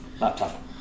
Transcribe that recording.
laptop